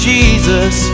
Jesus